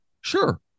Sure